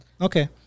okay